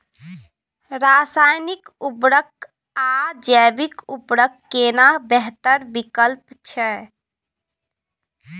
रसायनिक उर्वरक आ जैविक उर्वरक केना बेहतर विकल्प छै?